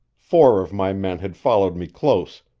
four of my men had followed me close,